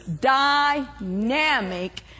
Dynamic